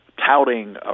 touting